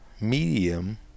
medium